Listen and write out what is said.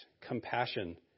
compassion